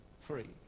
free